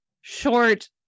short